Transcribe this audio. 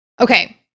Okay